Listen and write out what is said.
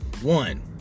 One